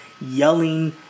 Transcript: Yelling